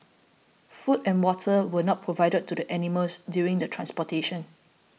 food and water were not provided to the animals during the transportation